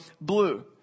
blue